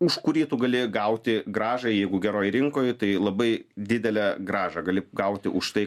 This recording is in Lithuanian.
už kurį tu gali gauti grąžą jeigu geroj rinkoj tai labai didelę grąžą gali gauti už tai